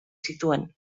zituen